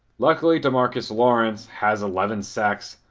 luckily demarcus lawrence has eleven sacks,